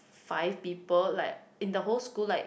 five people like in the whole school like